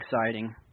exciting